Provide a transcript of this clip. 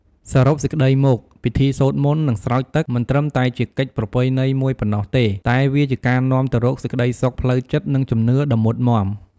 សរុបសេចក្តីមក ពិធីសូត្រមន្ត និងស្រោចទឹក មិនត្រឹមតែជាកិច្ចប្រពៃណីមួយប៉ុណ្ណោះទេ តែវាជាការនាំទៅរកសេចក្តីសុខផ្លូវចិត្ត និងជំនឿដ៏មុតមាំ។